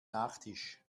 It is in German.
nachtisch